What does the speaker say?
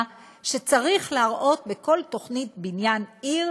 שצריך להראות בכל תוכנית בניין עיר